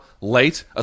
late